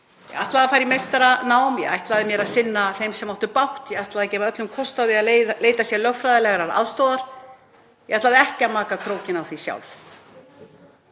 Ég ætlaði að fara í meistaranám. Ég ætlaði mér að sinna þeim sem áttu bágt. Ég ætlaði að gefa öllum kost á því að leita sér lögfræðilegrar aðstoðar. Ég ætlaði ekki að maka krókinn á því sjálf.